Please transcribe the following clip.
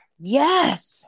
Yes